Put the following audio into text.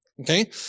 okay